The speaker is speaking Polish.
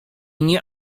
nie